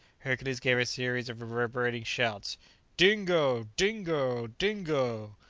hercules gave a series of reverberating shouts dingo! dingo! dingo!